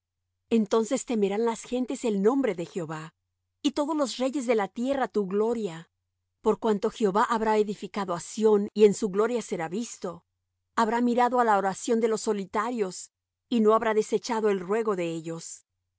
entonces temerán las gentes el nombre de jehová y todos los reyes de la tierra tu gloria por cuanto jehová habrá edificado á sión y en su gloria será visto habrá mirado á la oración de los solitarios y no habrá desechado el ruego de ellos